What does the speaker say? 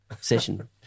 session